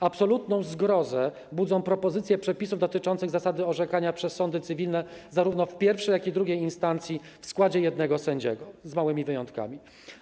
Absolutną zgrozę budzą propozycje przepisów dotyczących zasady orzekania przez sądy cywilne zarówno w pierwszej, jak i w drugiej instancji w składzie jednego sędziego, z małymi wyjątkami.